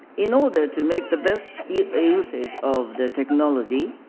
in order to make the best usage of the technology